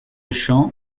chant